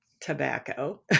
tobacco